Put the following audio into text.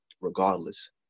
regardless